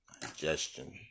Digestion